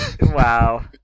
Wow